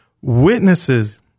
witnesses